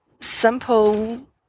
simple